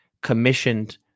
commissioned